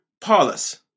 Paulus